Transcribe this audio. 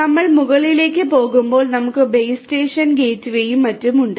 ഞങ്ങൾ മുകളിലേക്ക് പോകുമ്പോൾ നമുക്ക് ബേസ് സ്റ്റേഷൻ ഗേറ്റ്വേയും മറ്റും ഉണ്ട്